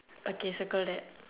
okay circle that